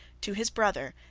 to his brother,